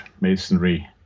masonry